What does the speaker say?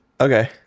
okay